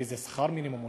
כי זה שכר מינימום אולי,